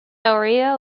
area